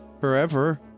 forever